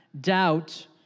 doubt